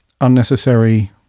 unnecessary